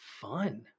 fun